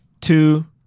two